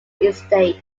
estate